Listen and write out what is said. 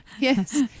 Yes